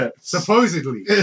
Supposedly